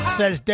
says